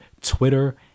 Twitter